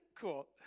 Cool